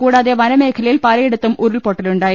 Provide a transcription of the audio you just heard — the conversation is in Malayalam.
കൂടാതെ വനമേഖലയിൽ പലയിടത്തും ഉരുൾപൊട്ടലു ണ്ടായി